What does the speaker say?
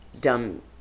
dumb